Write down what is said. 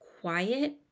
quiet